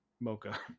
Mocha